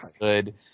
good